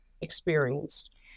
experienced